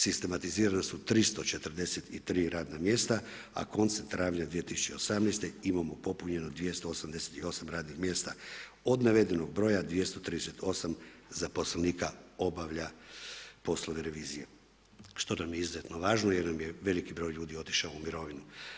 Sistematizirana su 343 radna mjesta, a koncem travnja 2018. imamo popunjeno 288 radnih mjesta, od navedenog broja 238 zaposlenika obavlja poslove revizije što nam je izuzetno važno jer nam je veliki broj ljudi otišao u mirovinu.